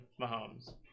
Mahomes